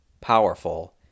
powerful